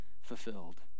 fulfilled